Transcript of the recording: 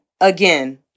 again